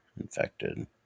Infected